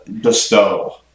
Bestow